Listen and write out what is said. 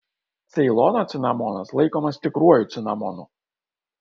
ceilono cinamonas laikomas tikruoju cinamonu